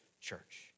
church